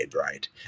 Right